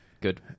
good